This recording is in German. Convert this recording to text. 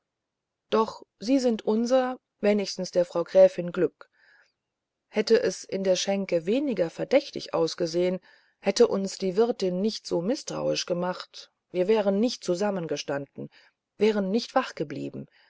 doch sie sind unser wenigstens der frau gräfin glück hätte es in der schenke weniger verdächtig ausgesehen hätte uns die wirtin nicht so mißtrauisch gemacht wir wären nicht zusammengestanden wären nicht wach geblieben